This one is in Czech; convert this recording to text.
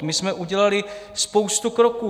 My jsme udělali spoustu kroků.